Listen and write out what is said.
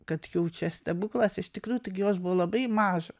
kad jau čia stebuklas iš tikrųjų tai jos buvo labai mažos